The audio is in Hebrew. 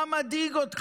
מה מדאיג אותך?